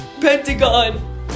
Pentagon